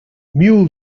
mule